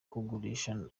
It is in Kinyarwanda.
kugurisha